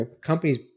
Companies